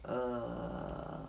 err